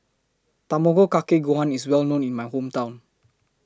Tamago Kake Gohan IS Well known in My Hometown